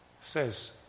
says